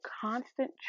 constant